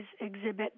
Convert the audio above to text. exhibit